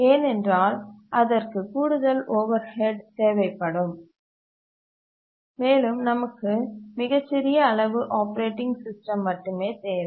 ஏனென்றால் அதற்கு கூடுதல் ஓவர்ஹெட் தேவைப்படும் மேலும் நமக்கு மிகச்சிறிய அளவு ஆப்பரேட்டிங் சிஸ்டம் மட்டுமே தேவை